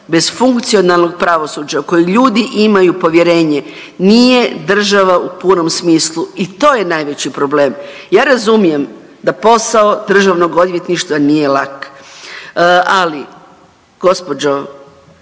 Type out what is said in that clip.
bez funkcionalnog pravosuđa u koje ljudi imaju povjerenje nije država u punom smislu i to je najveći problem. Ja razumijem da posao državnog odvjetništva nije lak, ali gđo.